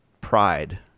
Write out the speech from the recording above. pride